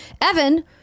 Evan